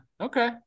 Okay